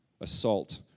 assault